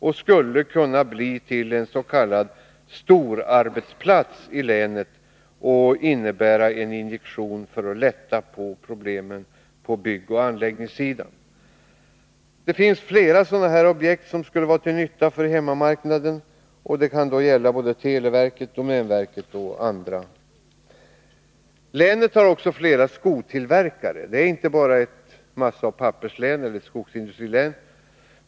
Det skulle kunna bli till en s.k. storarbetsplats i länet och innebära en injektion för att lätta på problemen på byggoch anläggningssidan. Det finns flera sådana objekt som skulle vara till nytta för hemmamarknaden — de kan gälla televerket, domänverket och andra. Länet har också flera skotillverkare — Västernorrlands län är inte bara ett massaoch papperslän eller skogslän.